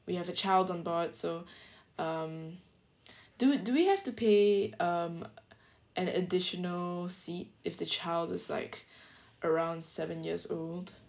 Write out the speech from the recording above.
we have a child on board so um do do we have to pay um an additional seat if the child is like around seven years old